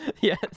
Yes